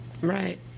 Right